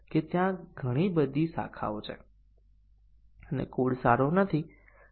ચાલો આપણે આ ઉદાહરણો A અને B જોઈએ